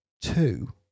Two